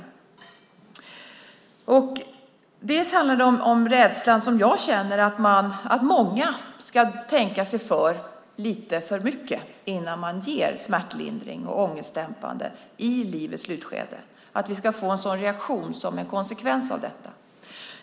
Det handlar bland annat om den rädsla som jag känner för att många ska tänka sig för lite för mycket innan de ger smärtlindring och ångestdämpande i livets slutskede, att vi ska få en sådan reaktion som en konsekvens av detta.